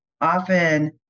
often